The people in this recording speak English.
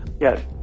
Yes